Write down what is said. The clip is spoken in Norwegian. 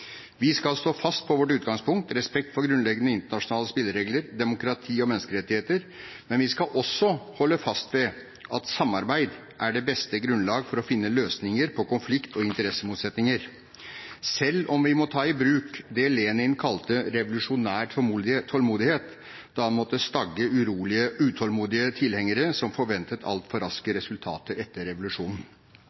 Vi skal stå fast på vårt utgangspunkt: respekt for grunnleggende, internasjonale spilleregler, demokrati og menneskerettigheter. Men vi skal også holde fast ved at samarbeid er det beste grunnlag for å finne løsninger på konflikt og interessemotsetninger – selv om vi må ta i bruk det Lenin kalte «revolusjonær tålmodighet», da han måtte stagge utålmodige tilhengere som forventet altfor raske resultater etter revolusjonen.